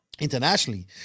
internationally